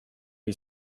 you